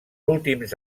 últims